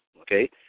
okay